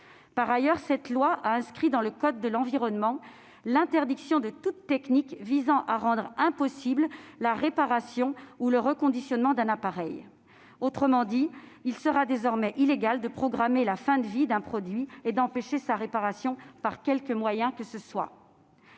Par ailleurs, cette loi a inscrit dans le code de l'environnement l'interdiction de toute technique visant à rendre impossible la réparation ou le reconditionnement d'un appareil. Autrement dit, il sera désormais illégal de programmer la fin de vie d'un produit et d'empêcher sa réparation par quelque moyen que ce soit.